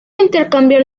intercambiar